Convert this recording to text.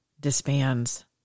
disbands